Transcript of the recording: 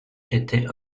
étaient